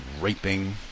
raping